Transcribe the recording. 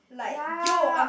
ya